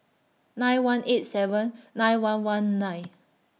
nine one eight seven nine one one nine